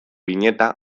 bineta